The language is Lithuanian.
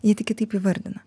jie tik kitaip įvardina